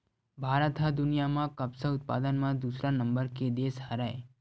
भारत ह दुनिया म कपसा उत्पादन म दूसरा नंबर के देस हरय